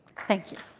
thank you.